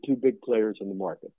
two big players in the market